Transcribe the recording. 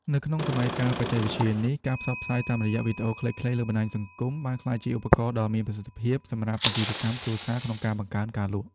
នៅក្នុងសម័យកាលបច្ចេកវិទ្យានេះ ការផ្សព្វផ្សាយតាមរយៈវីដេអូខ្លីៗលើបណ្ដាញសង្គម បានក្លាយជាឧបករណ៍ដ៏មានប្រសិទ្ធភាពសម្រាប់អាជីវកម្មគ្រួសារក្នុងការបង្កើនការលក់។